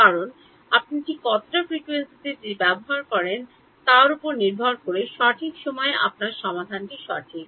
কারণ আপনি ঠিক কতটা ফ্রিকোয়েন্সিতে এটি করেন তার উপর নির্ভর করে সঠিক সময়ে আপনার সমাধানটি সঠিক